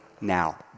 now